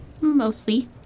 Mostly